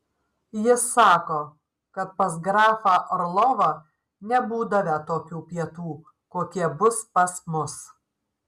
jis sako kad pas grafą orlovą nebūdavę tokių pietų kokie bus pas mus